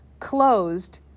closed